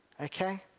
okay